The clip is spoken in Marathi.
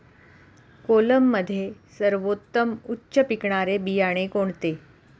कोलममध्ये सर्वोत्तम उच्च पिकणारे बियाणे कोणते?